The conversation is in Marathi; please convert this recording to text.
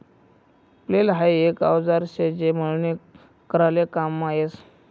फ्लेल हाई एक औजार शे जे मळणी कराले काममा यस